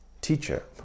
teacher